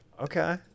Okay